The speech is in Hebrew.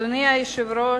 אדוני היושב-ראש,